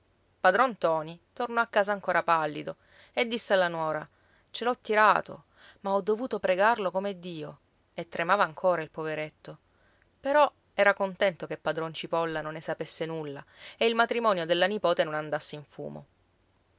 padron ntoni tornò a casa ancora pallido e disse alla nuora ce l'ho tirato ma ho dovuto pregarlo come dio e tremava ancora il poveretto però era contento che padron cipolla non ne sapesse nulla e il matrimonio della nipote non andasse in fumo